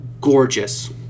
gorgeous